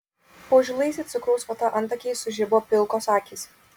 po žilais it cukraus vata antakiais sužibo pilkos akys